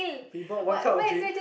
we bought one cup of drink